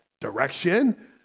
direction